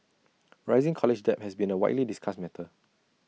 rising college debt has been A widely discussed matter